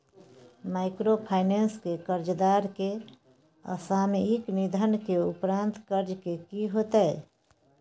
Microfinance के कर्जदार के असामयिक निधन के उपरांत कर्ज के की होतै?